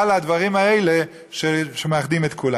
על הדברים האלה שמאחדים את כולם.